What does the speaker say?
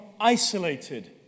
isolated